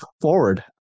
forward